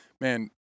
Man